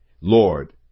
Lord